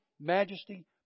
majesty